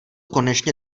konečně